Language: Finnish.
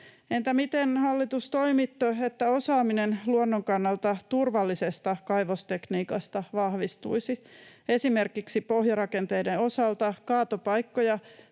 Entä miten, hallitus, toimitte, että osaaminen luonnon kannalta turvallisesta kaivostekniikasta vahvistuisi? Esimerkiksi pohjarakenteiden osalta kaatopaikkoja